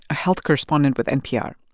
a health correspondent with npr.